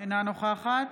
אינה נוכחת